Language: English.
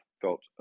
felt